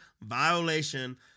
violation